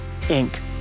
Inc